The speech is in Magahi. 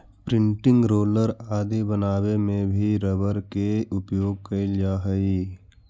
प्रिंटिंग रोलर आदि बनावे में भी रबर के उपयोग कैल जा हइ